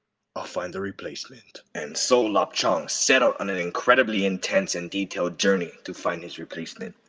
i'll find the replacement. and so lapchung set out on an incredibly intense and detailed journey to find his replacement.